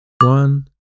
One